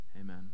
amen